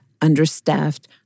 understaffed